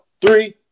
three